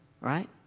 right